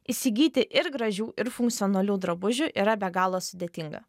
įsigyti ir gražių ir funkcionalių drabužių yra be galo sudėtinga